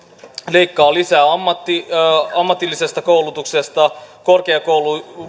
leikkaa lisää ammatillisesta koulutuksesta korkeakouluilta